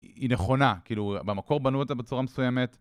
היא נכונה, כאילו במקור בנו אותה בצורה מסוימת.